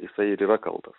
jisai ir yra kaltas